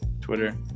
Twitter